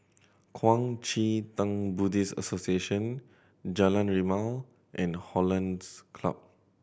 Kuang Chee Tng Buddhist Association Jalan Rimau and Hollandse Club